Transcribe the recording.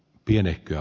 pienehköä